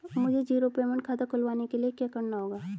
मुझे zero payment खाता खुलवाने के लिए क्या करना होगा?